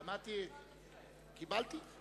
קיבלתי.